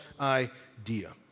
idea